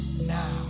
now